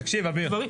תקינה.